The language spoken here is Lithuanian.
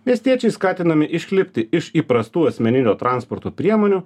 miestiečiai skatinami išlipti iš įprastų asmeninių transporto priemonių